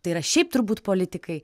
tai yra šiaip turbūt politikai